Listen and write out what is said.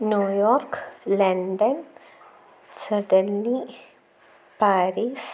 New York London Sydney Paris